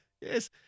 yes